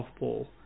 softball